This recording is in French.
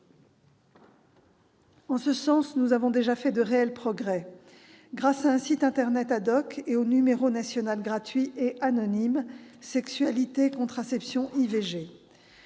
En la matière, nous avons déjà fait de réels progrès, grâce à un site internet et au numéro national gratuit et anonyme « Sexualités, contraception, IVG ».